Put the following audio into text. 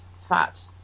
fat